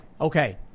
Okay